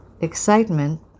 excitement